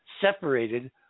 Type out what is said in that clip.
separated